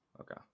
Okay